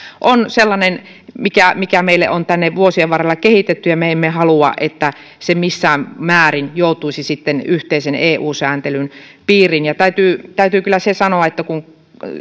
on sellainen mikä mikä meille on tänne vuosien varrella kehitetty ja me emme halua että se missään määrin joutuisi sitten yhteisen eu sääntelyn piiriin täytyy täytyy kyllä se sanoa että kun